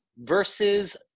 versus